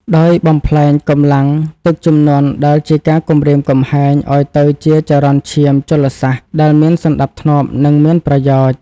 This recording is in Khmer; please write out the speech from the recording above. ដោយបំប្លែងកម្លាំងទឹកជំនន់ដែលជាការគំរាមកំហែង ឱ្យទៅជាចរន្តឈាមជលសាស្ត្រដែលមានសណ្ដាប់ធ្នាប់ និងមានប្រយោជន៍។